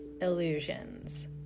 illusions